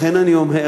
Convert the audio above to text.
לכן אני אומר,